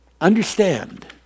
Understand